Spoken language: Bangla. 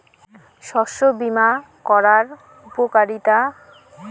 শস্য বিমা করার উপকারীতা?